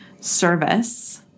service